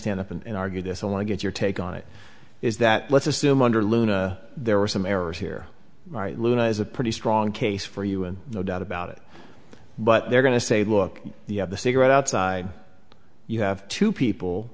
stand up and argue this i want to get your take on it is that let's assume under luna there were some errors here luna is a pretty strong case for you and no doubt about it but they're going to say look you have the cigarette outside you have two people